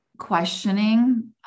questioning